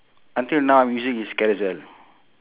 until now I'm using is carousell